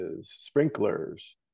sprinklers